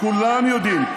כולם יודעים.